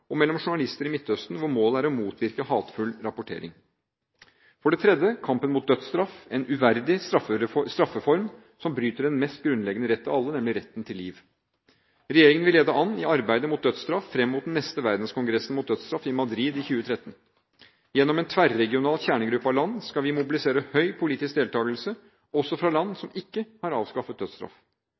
og vestlige land, og mellom journalister i Midtøsten hvor målet er å motvirke hatefull rapportering. For det tredje kampen mot dødsstraff – en uverdig straffeform som bryter den meste grunnleggende rett av alle, nemlig retten til liv. Regjeringen vil lede an i arbeidet mot dødsstraff fram mot den neste Verdenskongressen mot dødsstraff i Madrid i 2013. Gjennom en tverr-regional kjernegruppe av land skal vi mobilisere høy politisk deltakelse, også fra land som ikke har avskaffet dødsstraff.